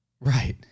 Right